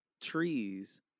trees